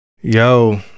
Yo